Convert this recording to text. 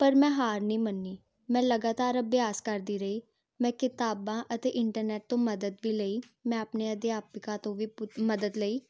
ਪਰ ਮੈਂ ਹਾਰ ਨਹੀਂ ਮੰਨੀ ਮੈਂ ਲਗਾਤਾਰ ਅਭਿਆਸ ਕਰਦੀ ਰਹੀ ਮੈਂ ਕਿਤਾਬਾਂ ਅਤੇ ਇੰਟਰਨੈਟ ਤੋਂ ਮਦਦ ਵੀ ਲਈ ਮੈਂ ਆਪਣੇ ਅਧਿਆਪਕਾਂ ਤੋਂ ਵੀ ਮਦਦ ਲਈ